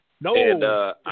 No